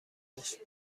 داشت